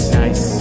nice